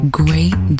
great